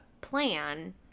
plan